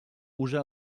usa